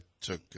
took